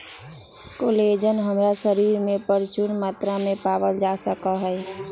collagen हमर शरीर में परचून मात्रा में पावल जा हई